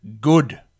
good